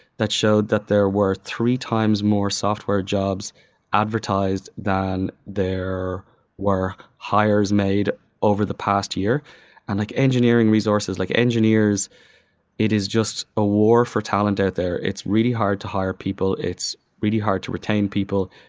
that showed that there were three times more software jobs advertised than there were hires made over the past year and like engineering resources, like engineers it is just a war for talent out there. it's really hard to hire people. it's really hard to retain people.